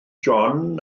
john